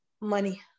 money